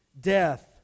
death